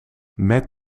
met